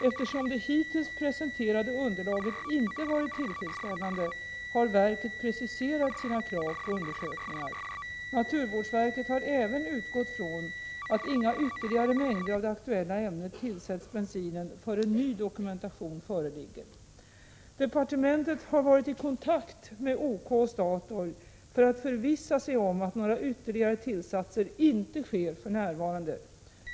Eftersom det hittills presenterade underlaget inte varit tillfredsställande har verket preciserat sina krav på undersökningar. Naturvårdsverket har även utgått från att inga ytterligare mängder av det aktuella ämnet tillsätts bensinen förrän ny dokumentation föreligger. Departementet har varit i kontakt med OK och Statoil för att förvissa sig om att några ytterligare tillsatser inte används för närvarande.